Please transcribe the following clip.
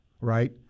right